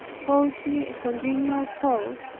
caused me a continual cough,